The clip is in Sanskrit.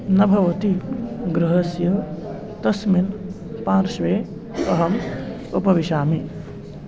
न भवति गृहस्य तस्मिन् पार्श्वे अहम् उपविशामि